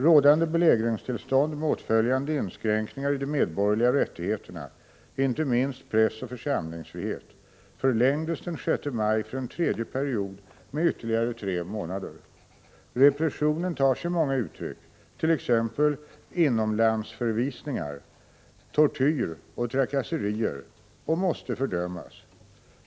Rådande belägringstillstånd med åtföljande inskränkningar i de medborgerliga rättigheterna, inte minst pressoch församlingsfrihet, förlängdes den 6 maj för en tredje period med ytterligare tre månader. Repressionen tar sig många uttryck, t.ex. inomlandsförvisningar, tortyr och trakasserier, och måste fördömas.